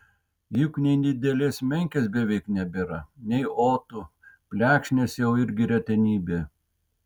juk nei didelės menkės beveik nebėra nei otų plekšnės jau irgi retenybė